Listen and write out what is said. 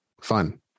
fun